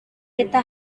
kita